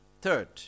Third